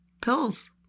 pills